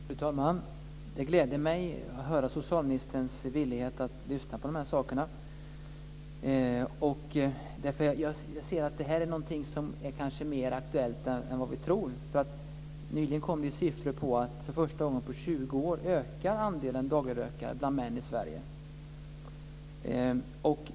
Fru talman! Det gläder mig att höra socialministerns villighet att lyssna på de här sakerna, eftersom jag ser att det här är någonting som kanske är mer aktuellt än vad vi tror. Nyligen kom det nämligen siffror på att andelen dagligrökare bland män i Sverige ökar för första gången på 20 år.